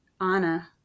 anna